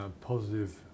positive